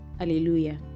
Alleluia